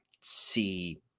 see